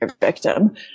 victim